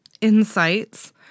insights